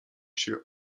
się